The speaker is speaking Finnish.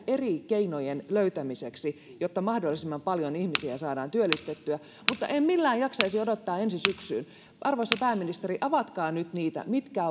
eri keinojen löytämiseksi jotta mahdollisimman paljon ihmisiä saadaan työllistettyä mutta en millään jaksaisi odottaa ensi syksyyn arvoisa pääministeri avatkaa nyt mitkä